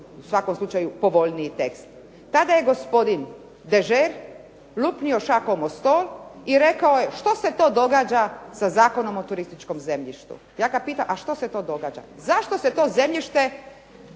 u svakom slučaju povoljniji tekst. Tada je gospodin Degert lupio šakom od stol i rekao je, što se to događa sa Zakonom o turističkom zemljištu? Ja ga pitam, a što se to događa? Zašto to zemljište ne